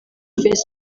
facebook